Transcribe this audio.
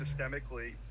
systemically